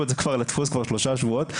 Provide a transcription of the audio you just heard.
את זה כבר לדפוס כבר שלושה שבועות,